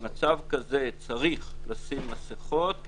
במצב כזה צריך לשים מסכות,